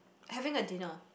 having a dinner